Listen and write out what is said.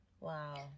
Wow